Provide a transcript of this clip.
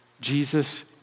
Jesus